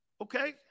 Okay